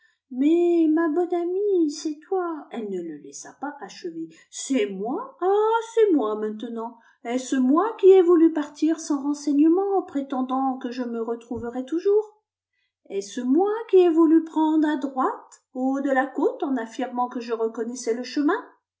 mais ma bonne amie c'est toi elle ne le laissa pas achever c'est moi ah c'est moi maintenant est-ce moi qui ai voulu partir sans renseignements en prétendant que je me retrouverais toujours est-ce moi qui ai voulu prendre à droite au haut de la côte en affirmant que je reconnaissais le chemin